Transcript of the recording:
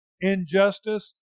injustice